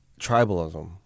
tribalism